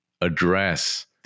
address